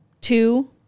Two